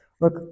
Look